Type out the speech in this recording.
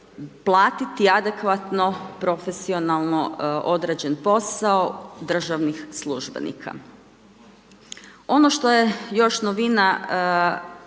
platiti adekvatno profesionalno odrađen posao državnih službenika. Ono što je još novina,